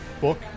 book